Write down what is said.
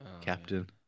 Captain